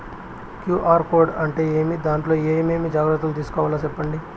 QR code అంటే ఏమి? దాంట్లో ఏ ఏమేమి జాగ్రత్తలు తీసుకోవాలో సెప్పండి?